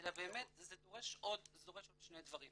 אלא באמת זה דורש עוד שני דברים.